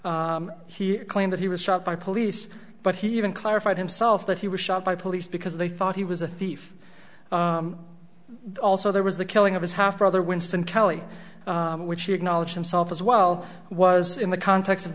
he claimed that he was shot by police but he even clarified himself that he was shot by police because they thought he was a thief also there was the killing of his half brother winston kelly which he acknowledged himself as well was in the context of